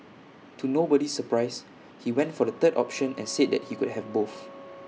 to nobody's surprise he went for the third option and said that he could have both